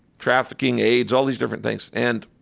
trafficking, aids, all these different things. and